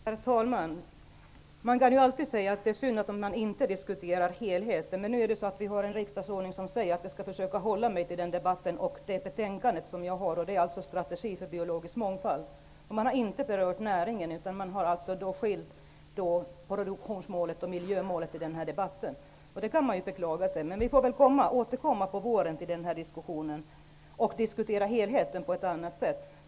Herr talman! Man kan alltid säga att det är synd att helheten inte diskuteras. Nu säger riksdagsordningen att jag skall försöka hålla mig till att debattera det betänkande vi behandlar, och det är alltså ''Strategi för biologisk mångfald''. Där berörs inte frågan om näringen. Man har skiljt på produktionsmålet och miljömålet i debatten. Det kan man beklaga, men vi får väl återkomma till denna diskussion i vår och diskutera helheten på ett annat sätt.